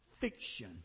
fiction